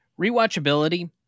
Rewatchability